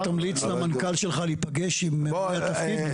ואתה תמליץ למנכ"ל שלך להיפגש עם בעלי תפקיד?